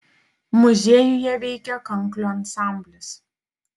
muziejuje veikia kanklių ansamblis